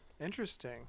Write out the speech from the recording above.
interesting